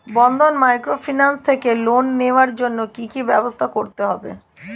বন্ধন microfinance থেকে loan নেওয়ার জন্য কি কি ব্যবস্থা করতে হবে?